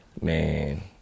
Man